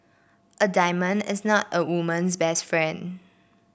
a diamond is not a woman's best friend